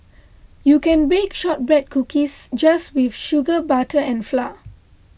you can bake Shortbread Cookies just with sugar butter and flour